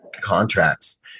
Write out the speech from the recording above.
contracts